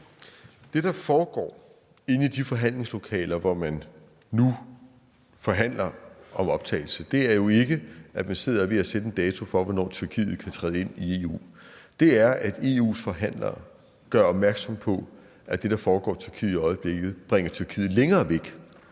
Det, der foregår inde i de forhandlingslokaler, hvor man nu forhandler om optagelse, er jo ikke, at man sidder og er ved at sætte en dato for, hvornår Tyrkiet kan træde ind i EU. Det er, at EU's forhandlere gør opmærksom på, at det, der foregår i Tyrkiet i øjeblikket, bringer Tyrkiet længere væk